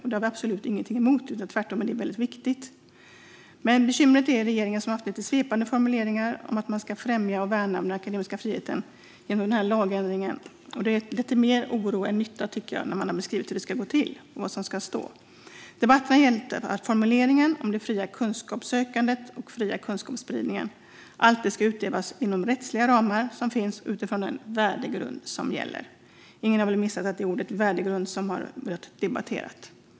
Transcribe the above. Det har vi absolut ingenting emot; tvärtom är det väldigt viktigt. Bekymret är att regeringen har haft lite svepande formuleringar om att man ska främja och värna om den akademiska friheten genom denna lagändring, och det har lett till mer oro än nytta när man har beskrivit hur det ska gå till och vad det ska stå. Debatten gäller formuleringen: "Det fria kunskapssökandet och den fria kunskapsspridningen ska alltid utövas inom de rättsliga ramar som finns och utifrån den värdegrund som gäller." Ingen har väl missat att det är ordet "värdegrund" som har blivit omdebatterat.